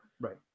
right